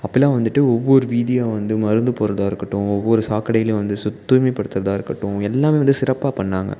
அப்போலாம் வந்துட்டு ஒவ்வொரு வீதியாக வந்து மருந்து போடுறத இருக்கட்டும் ஒவ்வொரு சாக்கடையிலேயும் வந்து சுத் தூய்மை படுத்துறதாக இருக்கட்டும் எல்லாமே வந்து சிறப்பாக பண்ணிணாங்க